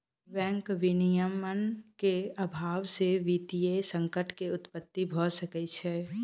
bank विनियमन के अभाव से वित्तीय संकट के उत्पत्ति भ सकै छै